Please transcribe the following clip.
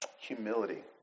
humility